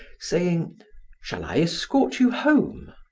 saying shall i escort you home?